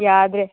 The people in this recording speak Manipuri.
ꯌꯥꯗ꯭ꯔꯦ